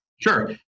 Sure